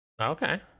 Okay